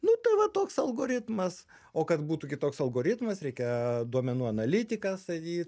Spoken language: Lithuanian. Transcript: nu tai va toks algoritmas o kad būtų kitoks algoritmas reikia duomenų analitiką statyt